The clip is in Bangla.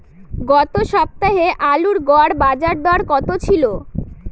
গত সপ্তাহে আলুর গড় বাজারদর কত ছিল?